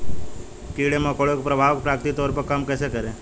कीड़े मकोड़ों के प्रभाव को प्राकृतिक तौर पर कम कैसे करें?